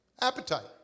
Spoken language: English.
Appetite